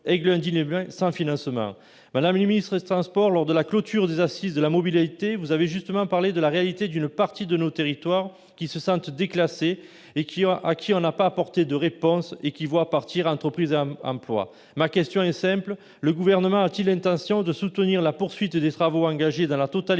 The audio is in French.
Aiglun-Digne-les-Bains sans financement. Mme la ministre chargée des transports, lors de la clôture des Assises de la mobilité, avait justement parlé de « la réalité d'une partie de nos territoires qui se sentent déclassés, à qui on n'a pas apporté de réponses et qui voient partir entreprises et emplois ». Ma question est simple : le Gouvernement a-t-il l'intention de soutenir la poursuite des travaux engagés dans la totalité